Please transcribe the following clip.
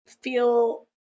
feel